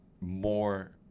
more